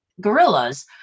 guerrillas